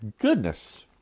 goodness